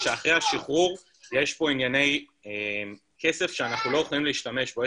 שאחרי השחרור יש ענייני כסף שאנחנו לא יכולים להשתמש בו.